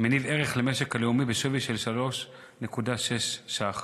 מניב ערך למשק הלאומי בשווי של 3.6 ש"ח.